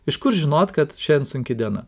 iš kur žinot kad šiandien sunki diena